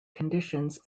conditions